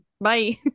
bye